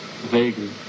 Vaguely